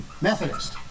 Methodist